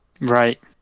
Right